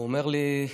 הוא אומר לי,